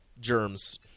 germs